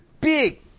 big